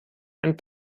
einen